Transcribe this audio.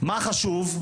מה חשוב?